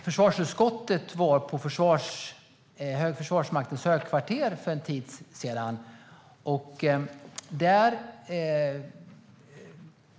Försvarsutskottet besökte Försvarsmaktens högkvarter för en tid sedan.